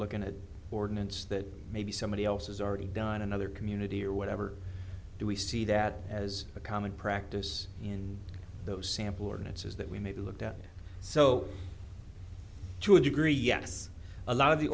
looking at ordinance that maybe somebody else has already done another community or whatever do we see that as a common practice in those sample ordinances that we maybe looked at so to a degree yes a lot of the